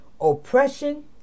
oppression